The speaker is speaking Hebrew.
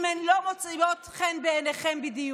אם הן לא מוצאות חן בעיניכם בדיוק.